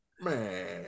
Man